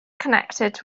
connected